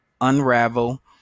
unravel